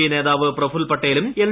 P നേതാവ് പ്രഫുൽ പട്ടേലും L